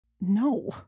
No